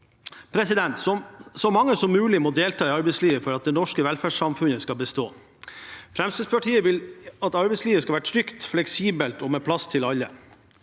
gjøre. Så mange som mulig må delta i arbeidslivet for at det norske velferdssamfunnet skal bestå. Fremskrittspartiet vil at arbeidslivet skal være trygt, fleksibelt og ha plass til alle.